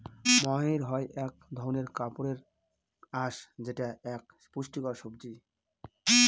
মহাইর হয় এক ধরনের কাপড়ের আঁশ যেটা এক পুষ্টিকর সবজি